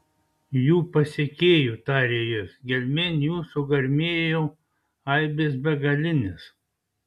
jų pasekėjų tarė jis gelmėn jų sugarmėjo aibės begalinės